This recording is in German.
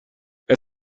wer